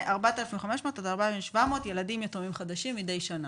כ-4,500 עד 4,700 ילדים יתומים חדשים מדי שנה.